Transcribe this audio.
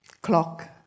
clock